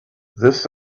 this